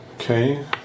Okay